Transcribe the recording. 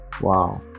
Wow